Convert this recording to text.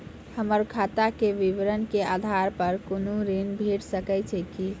हमर खाता के विवरण के आधार प कुनू ऋण भेट सकै छै की?